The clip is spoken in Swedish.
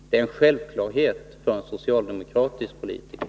Det är en självklarhet för en socialdemokratisk politiker.